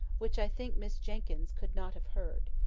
which i think miss jenkyns could not have heard.